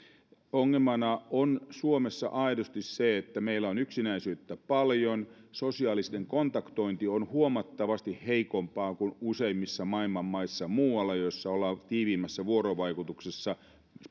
ongelmana on suomessa aidosti se että meillä on yksinäisyyttä paljon sosiaalinen kontaktointi on huomattavasti heikompaa kuin useimmissa maailman maissa muualla joissa ollaan tiiviimmässä vuorovaikutuksessa